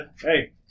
hey